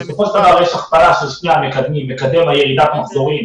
בסופו של דבר יש הכפלה של שני המקדמים מקדם ירידת המחזורים,